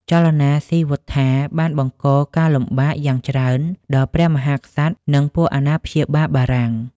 ចលនាស៊ីវត្ថាបានបង្កការលំបាកយ៉ាងច្រើនដល់ព្រះមហាក្សត្រ និងពួកអាណាព្យាបាលបារាំង។